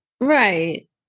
Right